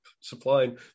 supplying